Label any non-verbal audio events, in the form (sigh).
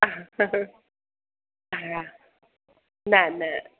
(unintelligible) न न